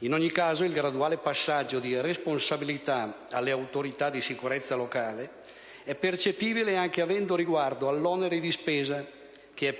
In ogni caso, il graduale passaggio di responsabilità alle autorità di sicurezza locali è percepibile anche avendo riguardo all'onere di spesa,